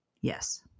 Yes